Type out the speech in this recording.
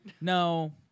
no